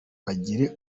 bagire